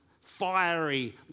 fiery